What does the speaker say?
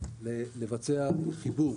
לבצע חיבור